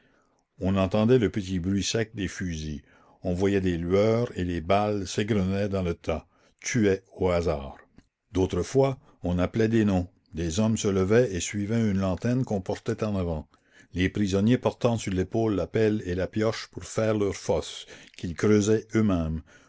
on entendait le petit bruit sec des fusils on voyait des lueurs et les balles s'égrenaient dans le tas tuaient au hasard d'autres fois on appelait des noms des hommes se levaient et suivaient une lanterne qu'on portait en avant les prisonniers portant sur l'épaule la pelle et la pioche pour faire leurs fosses qu'ils creusaient eux-mêmes